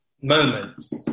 moments